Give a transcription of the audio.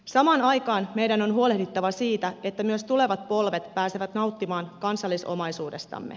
samaan aikaan meidän on huolehdittava siitä että myös tulevat polvet pääsevät nauttimaan kansallisomaisuudestamme